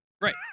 Right